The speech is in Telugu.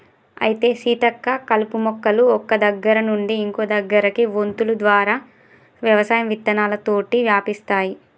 అయితే సీతక్క కలుపు మొక్కలు ఒక్క దగ్గర నుండి ఇంకో దగ్గరకి వొంతులు ద్వారా వ్యవసాయం విత్తనాలతోటి వ్యాపిస్తాయి